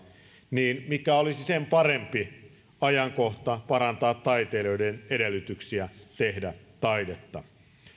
niin mikä olisi sen parempi ajankohta parantaa taiteilijoiden edellytyksiä tehdä taidetta